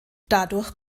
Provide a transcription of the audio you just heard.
dadurch